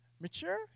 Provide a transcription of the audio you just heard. Mature